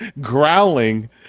growling